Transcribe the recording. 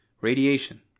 Radiation